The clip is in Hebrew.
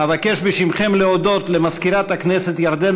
אבקש בשמכם להודות למזכירת הכנסת ירדנה